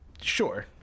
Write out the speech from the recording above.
sure